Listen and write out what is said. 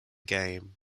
game